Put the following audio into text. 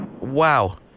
Wow